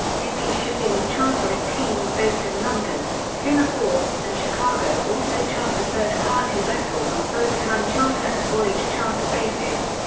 bp shipping's chartering teams based in london, singapore, and chicago also charter third party vessels on both time charter and voyage charter basis.